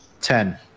ten